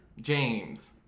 James